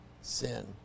sin